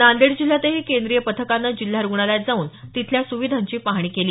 नांदेड जिल्ह्यातही केंद्रीय पथकानं जिल्हा रुग्णालयात जाऊन तिथल्या सुविधांची पाहणी केली